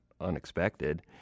unexpected